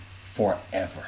forever